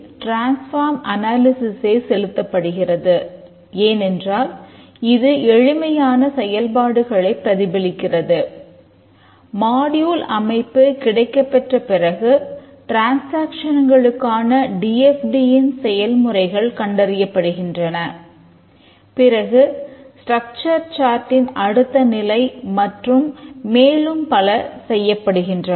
TFT அடுத்த நிலை மற்றும் மேலும் பல செய்யப்படுகின்றன